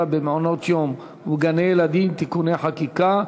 במעונות-יום ובגני-ילדים (תיקוני חקיקה),